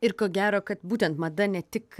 ir ko gero kad būtent mada ne tik